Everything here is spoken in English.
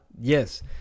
Yes